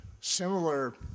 similar